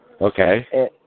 Okay